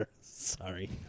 Sorry